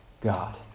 God